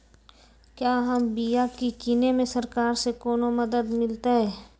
क्या हम बिया की किने में सरकार से कोनो मदद मिलतई?